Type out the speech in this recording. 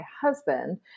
husband